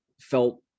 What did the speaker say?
felt